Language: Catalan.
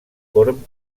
corm